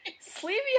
Sleepy